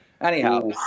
Anyhow